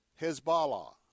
Hezbollah